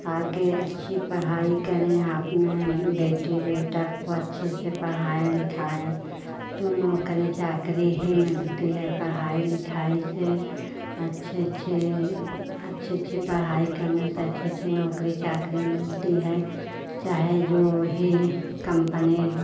आगे अच्छी पढ़ाई करें आपने बेटी बेटा को अच्छे से पढ़ाएँ लिखाएँ तो नौकरी चाकरी ही मिलती है पढ़ाई लिखाई से अच्छे अच्छे अच्छी अच्छी पढ़ाई करने से अच्छी अच्छी नौकरी चाकरी मिलती है चाहे जो ही कम्पनी